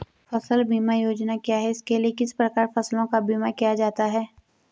फ़सल बीमा योजना क्या है इसके लिए किस प्रकार फसलों का बीमा किया जाता है?